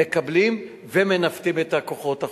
מקבלים ומנווטים את הכוחות החוצה.